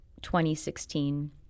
2016